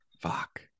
Fuck